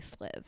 live